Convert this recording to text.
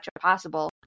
possible